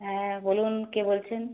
হ্যাঁ বলুন কে বলছেন